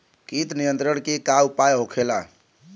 कीट नियंत्रण के का उपाय होखेला?